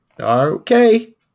okay